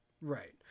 right